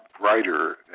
brighter